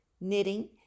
knitting